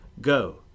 Go